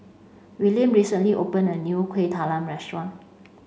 Willaim recently opened a new Kueh Talam Restaurant